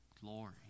glory